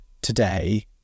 today